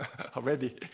already